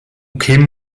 kämen